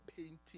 Painting